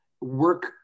work